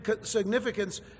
significance